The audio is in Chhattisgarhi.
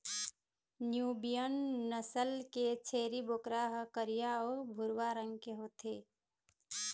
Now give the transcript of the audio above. न्यूबियन नसल के छेरी बोकरा ह करिया अउ भूरवा रंग के होथे